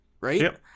right